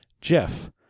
Jeff